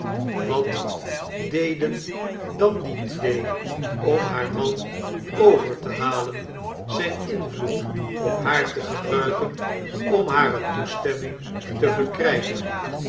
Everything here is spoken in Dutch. wat deden dan die twee om haar man over te halen zijn invloed op haar te gebruiken om hare toestemming te verkrijgen